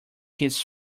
his